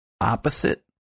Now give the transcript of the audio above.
opposite